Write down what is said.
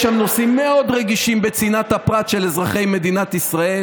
יש שם נושאים מאוד רגישים בצנעת הפרט של אזרחי מדינת ישראל,